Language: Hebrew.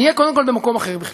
נהיה קודם כול במקום אחר בכלל,